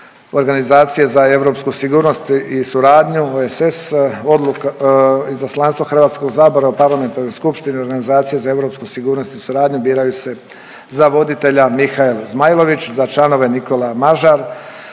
Organizacije za europsku sigurnost i suradnju OESS, … Izaslanstvo HS-a u Parlamentarnoj skupštini Organizacije za europsku sigurnost i suradnju biraju se za voditelja Mihael Zmajlović, za članove Nikola Mažar,